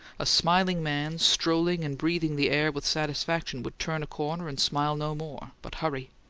a smiling man, strolling and breathing the air with satisfaction, would turn a corner and smile no more, but hurry.